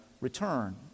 return